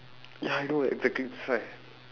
ya I know exactly that's why